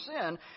sin